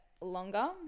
longer